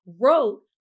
wrote